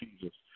Jesus